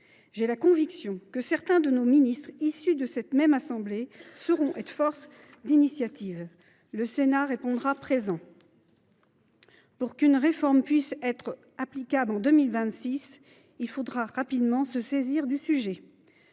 J’ai la conviction que certains ministres issus de notre assemblée sauront être force de proposition en la matière. Le Sénat répondra présent. Pour qu’une réforme puisse être applicable en 2026, il faudra rapidement se saisir du sujet.